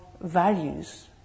values